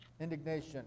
Indignation